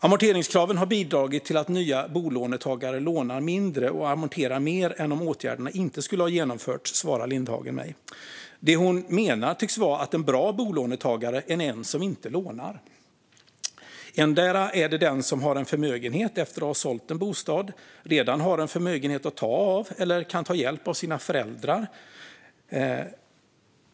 Amorteringskraven har bidragit till att nya bolånetagare lånar mindre och amorterar mer än om åtgärderna inte skulle ha genomförts, säger Lindhagen. Det hon menar tycks vara att en bra bolånetagare är en som inte lånar. Det är alltså en person som har sålt en bostad, har en förmögenhet att ta av eller kan ta hjälp av sina föräldrar.